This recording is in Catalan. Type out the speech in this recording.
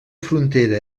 frontera